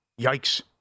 Yikes